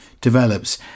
develops